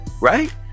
right